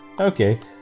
Okay